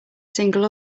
single